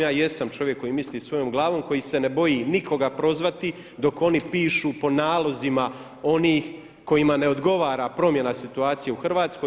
Ja jesam čovjek koji misli svojom glavom, koji se ne boji nikoga prozvati dok oni pišu po nalozima onih kojima ne odgovara promjena situacije u Hrvatskoj.